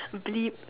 bleep